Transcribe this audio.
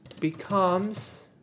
becomes